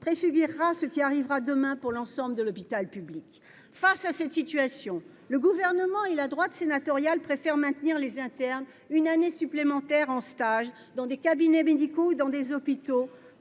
préfigure ce qui arrivera demain pour l'ensemble de l'hôpital public ». Face à cette situation, le Gouvernement et la droite sénatoriale préfèrent maintenir les internes une année supplémentaire en stage dans des cabinets médicaux ou dans des hôpitaux